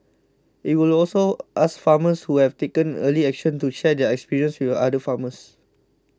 it will also ask farmers who have taken early action to share their experience with other farmers